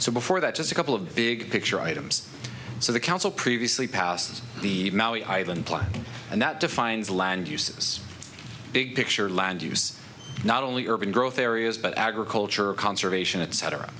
so before that just a couple of big picture items so the council previously passes the highland plan and that defines land uses big picture land use not only urban growth areas but agriculture conservation et